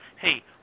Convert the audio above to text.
hey